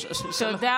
מתי,